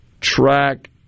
track